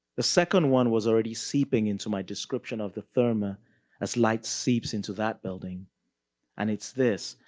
the second one was already seeping into my description of the therme ah as light seeps into that building and its this,